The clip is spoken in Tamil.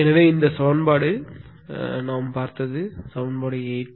எனவே இந்த சமன்பாடு நாம் பார்த்த சமன்பாடு 8